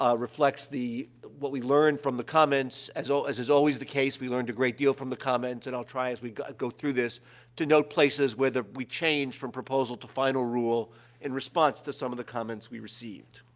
ah reflects the what we learned from the comments. as as is always the case, we learned a great deal from the comments, and i'll try, as we i go through to note places where the we changed from proposal to final rule in response to some of the comments we received.